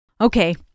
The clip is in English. Okay